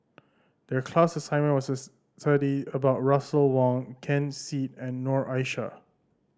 the class assignment was study about Russel Wong Ken Seet and Noor Aishah